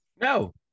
No